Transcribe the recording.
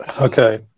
Okay